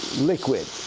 liquid,